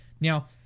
Now